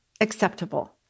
acceptable